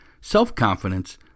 self-confidence